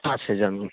कतना छै जमीन